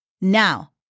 now